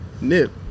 Nip